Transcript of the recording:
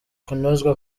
kunozwa